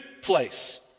place